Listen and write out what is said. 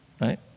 Right